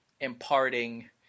imparting